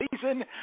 season